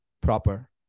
proper